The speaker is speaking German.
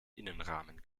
innenrahmen